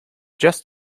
just